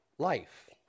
Life